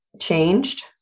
changed